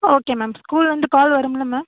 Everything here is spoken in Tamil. ஓகே மேம் ஸ்கூல்லருந்து கால் வரும்ல மேம்